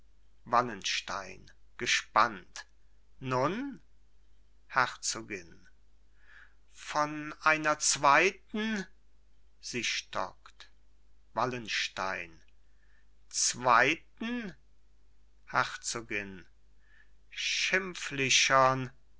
wallenstein gespannt nun herzogin von einer zweiten sie stockt wallenstein zweiten herzogin schimpflichern